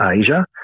Asia